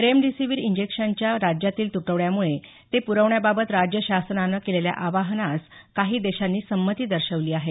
remdesivir इंजेक्शनच्या राज्यातील तुटवड्यामुळे ते पुरवण्याबाबत राज्य शासनानं केलेल्या आवाहनास काही देशांनी संमती दर्शवली आहे